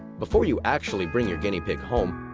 before you actually bring your guinea pig home,